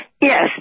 Yes